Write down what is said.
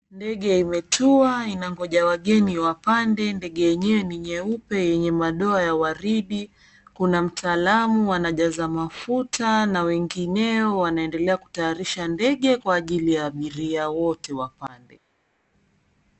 Ndege imetua inangoja wageni wapande ,ndege yenyewe ni nyeupe na madoadoa ya waridi, kuna mtaalamu anajaza mafuta na wengineyo wanaendelea kutayarisha ndege kwa ajili ya biria wote wapande .